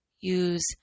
use